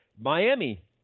Miami